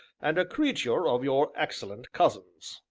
and a creature of your excellent cousin's.